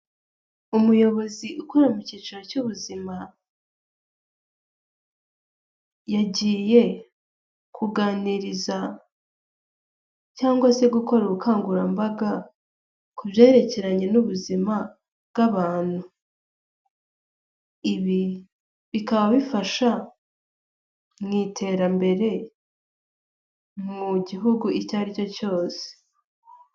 Umuyobozi ukora mu cyiciro cy'ubuzima yagiye kuganiriza cyangwa se gukora ubukangurambaga ku byerekeranye n'ubuzima bw'abantu, ibi bikaba bifasha mu iterambere mu gihugu icyo ari cyose.